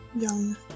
Young